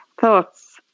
thoughts